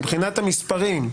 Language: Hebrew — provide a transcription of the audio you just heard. מבחינת המספרים,